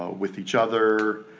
ah with each other